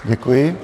Děkuji.